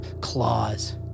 claws